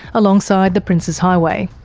alongside the princes highway.